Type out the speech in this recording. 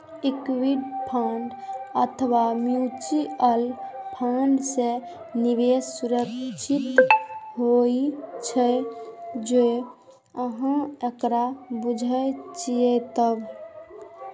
equity fund अथवा mutual fund मे निवेश सुरक्षित होइ छै, जौं अहां एकरा बूझे छियै तब